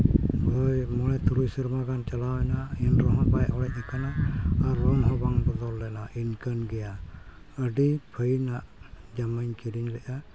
ᱦᱳᱭ ᱢᱚᱬᱮ ᱛᱩᱨᱩᱭ ᱥᱮᱨᱢᱟ ᱜᱟᱱ ᱪᱟᱞᱟᱣᱮᱱᱟ ᱮᱱ ᱨᱮᱦᱚᱸ ᱵᱟᱭ ᱚᱲᱮᱡ ᱠᱟᱱᱟ ᱟᱨ ᱨᱚᱝ ᱦᱚᱸ ᱵᱟᱝ ᱵᱚᱫᱚᱞ ᱞᱮᱱᱟ ᱤᱱᱠᱟᱹᱱ ᱜᱮᱭᱟ ᱟᱹᱰᱤ ᱯᱷᱟᱭᱤᱱᱟᱜ ᱡᱟᱢᱟᱧ ᱠᱤᱨᱤᱧ ᱞᱮᱜᱼᱟ